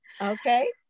Okay